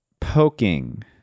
poking